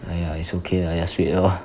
!aiya! it's okay lah just wait lor